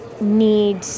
need